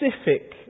specific